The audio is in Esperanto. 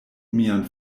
mian